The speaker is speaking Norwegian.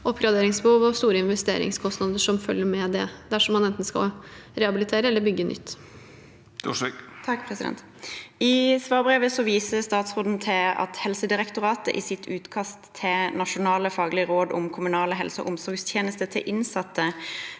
oppgraderingsbehov og store investeringskostnader som følger med det, dersom man skal rehabilitere eller bygge nytt. Ingvild Wetrhus Thorsvik (V) I svarbre- vet viser statsråden til at Helsedirektoratet i sitt utkast til nasjonale faglige råd om kommunale helse- og omsorgstjenester til innsatte